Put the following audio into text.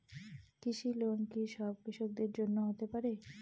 কৃষি লোন কি সব কৃষকদের জন্য হতে পারে?